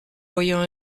voyant